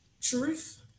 Truth